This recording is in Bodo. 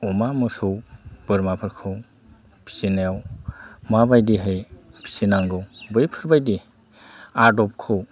अमा मोसौ बोरमाफोरखौ फिनायाव माबायदिहाय फिनांगौ बैफोरबायदि आदबखौ